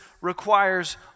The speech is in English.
requires